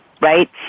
right